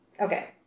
Okay